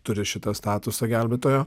turi šitą statusą gelbėtojo